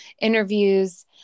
interviews